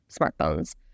Smartphones